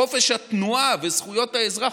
חופש התנועה וזכויות האזרח,